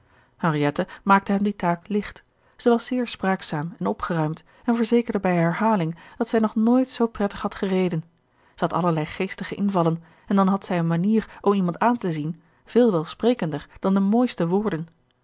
henriette maakte hem die taak licht zij was zeer spraakzaam en opgeruimd en verzekerde bij herhaling dat zij nog nooit zoo prettig had gereden zij had allerlei geestige invallen en dan had zij een manier om iemand aan te zien veel welsprekender dan de mooiste woorden